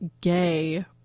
gay